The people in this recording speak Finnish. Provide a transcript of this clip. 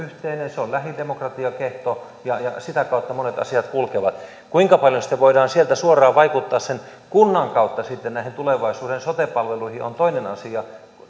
se on lähidemokratian kehto ja ja sitä kautta monet asiat kulkevat kuinka paljon sitten voidaan suoraan vaikuttaa sen kunnan kautta tulevaisuuden sote palveluihin on toinen asia